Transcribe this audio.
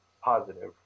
positive